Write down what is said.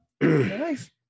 Nice